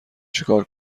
چیکار